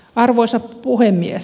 arvoisa puhemies